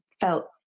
felt